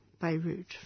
Beirut